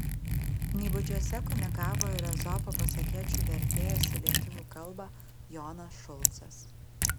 nybudžiuose kunigavo ir ezopo pasakėčių vertėjas į lietuvių kalbą jonas šulcas